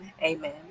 amen